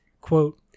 quote